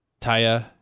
Taya